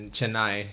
Chennai